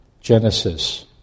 Genesis